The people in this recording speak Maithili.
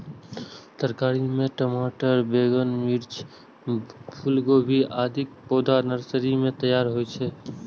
तरकारी मे टमाटर, बैंगन, मिर्च, फूलगोभी, आदिक पौधा नर्सरी मे तैयार होइ छै